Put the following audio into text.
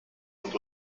und